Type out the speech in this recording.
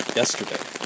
yesterday